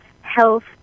health